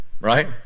Right